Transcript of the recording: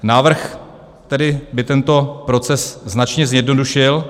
Návrh by tedy tento proces značně zjednodušil.